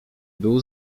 był